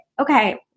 okay